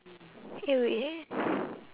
eh wait